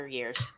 years